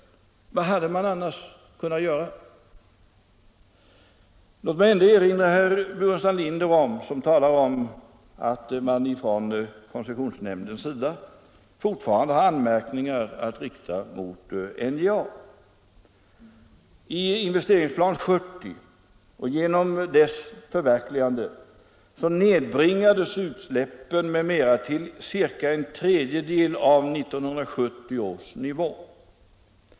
Vad hade man annars kunnat göra? Låt mig erinra herr Burenstam Linder, som talar om att koncessionsnämnden fortfarande har anmärkningar att rikta mot NJA, om att i Investeringsplan 70 och genom dess förverkligande nedbringades utsläppen m.m. till ca en tredjedel av 1970 års nivå.